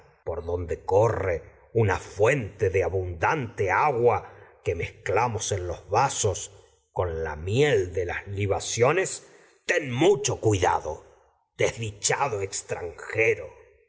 por donde corre una fuente de abundante la agua que mezclamos en mucho cui los vasos con miel de lasúibaciones ten dado desdichado extranjero